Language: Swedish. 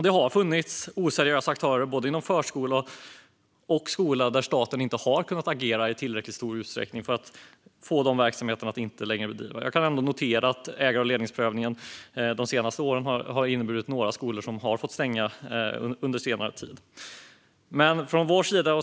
Det har funnits oseriösa aktörer både inom förskola och skola där staten inte har kunnat agera i tillräckligt stor utsträckning för att hindra att de verksamheterna bedrivs. Jag kan ändå notera att ägar och ledningsprövningen de senaste åren har inneburit att några skolor har fått stänga.